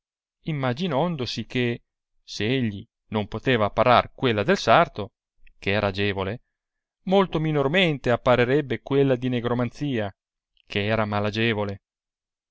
nascosamente imaginandosi che s egli non poteva apparar quella del sarto che era agevole molto minormente appararebbe quella di nigromanzia che era malagevole